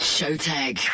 Showtag